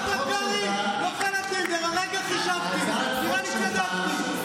הרגע חישבתי, נראה לי שצדקתי.